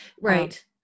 right